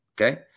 okay